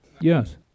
Yes